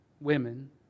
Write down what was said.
women